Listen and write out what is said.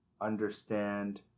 understand